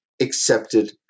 accepted